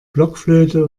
blockflöte